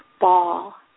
ball